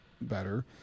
better